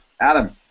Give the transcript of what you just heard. Adam